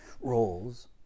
roles